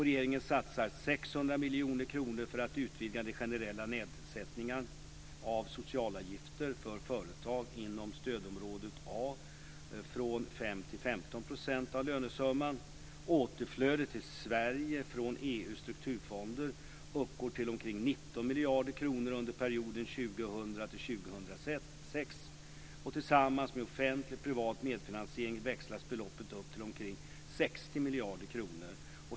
Regeringen satsar 600 miljoner kronor för att utvidga den generella nedsättningen av socialavgifter för företag inom stödområde A från 5 EU:s strukturfonder uppgår till omkring 19 miljarder kronor under perioden 2000-2006. Tillsammans med offentlig och privat medfinansiering växlas beloppet upp till omkring 60 miljarder kronor.